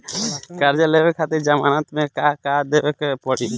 कर्जा लेवे खातिर जमानत मे का देवे के पड़ी?